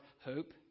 hope